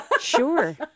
Sure